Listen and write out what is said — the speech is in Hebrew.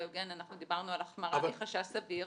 הוגן אנחנו דיברנו על החמרה מחשש סביר